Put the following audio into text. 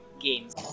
games